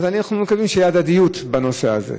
אז אנחנו מקווים שתהיה הדדיות בנושא הזה.